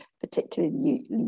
particularly